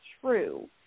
true